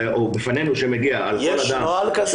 בפנינו שמגיע על אדם -- יש נוהל כזה?